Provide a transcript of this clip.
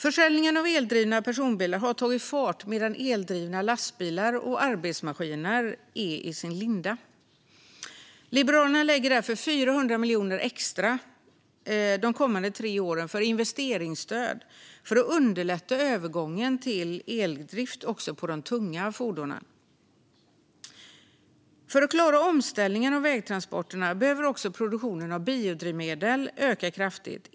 Försäljningen av eldrivna personbilar har tagit fart, medan eldrivna lastbilar och arbetsmaskiner är i sin linda. Liberalerna lägger därför 400 miljoner extra de kommande tre åren för investeringsstöd för att underlätta övergången till eldrift också på de tunga fordonen. För att klara omställningen av vägtransporterna behöver också produktionen av biodrivmedel öka kraftigt.